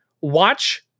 Watch